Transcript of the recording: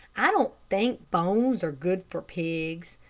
i don't think bones are good for pigs.